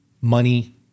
money